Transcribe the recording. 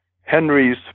Henry's